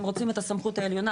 הם רוצים את הסמכות העליונה,